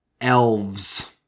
elves